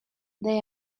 their